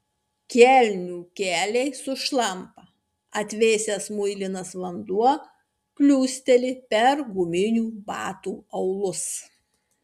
kelnių keliai sušlampa atvėsęs muilinas vanduo kliūsteli per guminių batų aulus